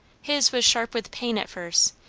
his was sharp with pain at first,